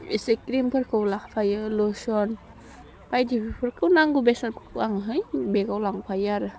एसे क्रिमफोरखौ लाफायो लसन बायदि बेफोरखौ नांगौ बेसादफोरखौहाय बेगाव लांफायो आरो